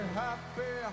happy